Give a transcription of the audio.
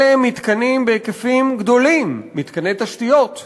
אלה הם מתקנים בהיקפים גדולים, מתקני תשתיות,